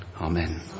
Amen